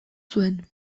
zuen